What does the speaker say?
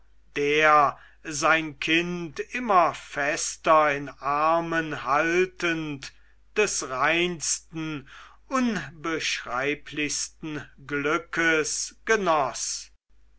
der sein kind immer fester in armen haltend des reinsten unbeschreiblichsten glückes genoß